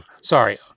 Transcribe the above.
Sorry